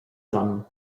grammes